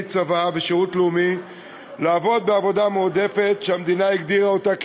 צבא ושירות לאומי לעבוד בעבודה מועדפת שהמדינה הגדירה אותה כחיונית.